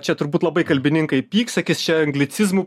čia turbūt labai kalbininkai pyks sakys čia anglicizmų